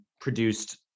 produced